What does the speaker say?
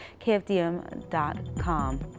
kfdm.com